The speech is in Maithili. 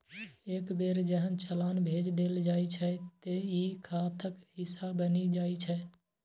एक बेर जहन चालान भेज देल जाइ छै, ते ई खाताक हिस्सा बनि जाइ छै